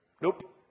Nope